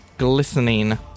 Glistening